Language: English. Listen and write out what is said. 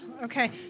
Okay